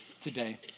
today